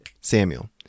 Samuel